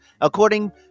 according